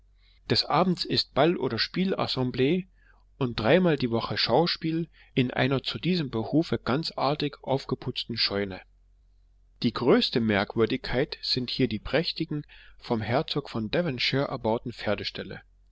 des abends ist ball oder spiel assemblee und dreimal die woche schauspiel in einer zu diesem behufe ganz artig aufgeputzten scheune die größte merkwürdigkeit sind hier die prächtigen vom herzog von devonshire erbaute